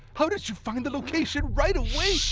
how did you find the location right away?